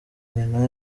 rwigara